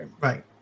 Right